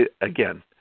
again